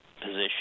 position